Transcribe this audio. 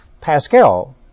Pascal